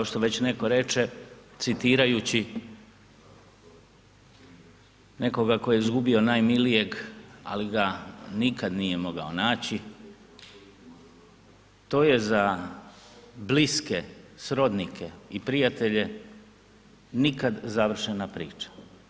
Kao što već netko reče, citirajući nekoga tko je izgubio najmilijeg, ali ga nikad nije mogao naći, to je za bliske srodnike i prijatelje nikad završena priča.